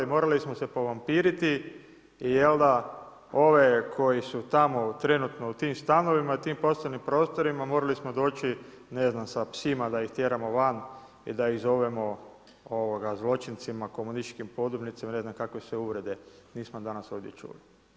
Morali smo se povampiriti i oni koji su trenutno u tim stanovima, tim poslovnim prostorima morali smo doći ne znam sa psima da ih tjeramo van i da ih zovemo zločincima komunističkim podobnicima i ne znam kakve sve uvrede nismo ovdje danas čuli.